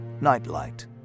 Nightlight